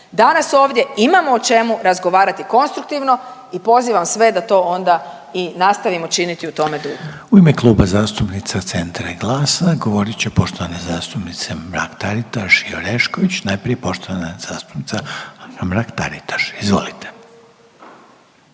Danas ovdje imamo o čemu razgovarati konstruktivno i pozivam sve da to onda i nastavimo činiti u tome duhu. **Reiner, Željko (HDZ)** U ime Kluba zastupnica Centra i GLAS-a govorit će poštovane zastupnice Mrak-Taritaš i Orešković, najprije poštovana zastupnica Mrak-Taritaš, izvolite.